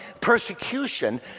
persecution